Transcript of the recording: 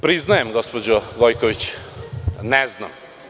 Priznajem gospođo Gojković, ne znam.